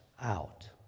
out